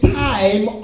time